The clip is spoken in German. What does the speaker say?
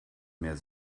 mehr